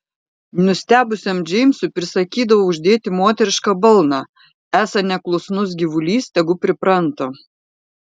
nustebusiam džeimsui prisakydavo uždėti moterišką balną esą neklusnus gyvulys tegu pripranta